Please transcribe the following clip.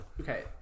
Okay